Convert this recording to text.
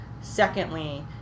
Secondly